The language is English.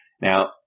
Now